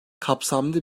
kapsamlı